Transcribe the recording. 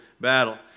battle